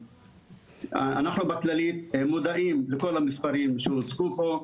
אנחנו בכללית מודעים לכל המספרים שהוצגו פה,